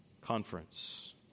conference